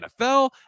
NFL